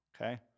okay